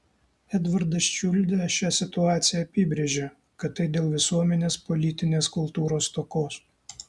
edvardas čiuldė šią situaciją apibrėžė kad tai dėl visuomenės politinės kultūros stokos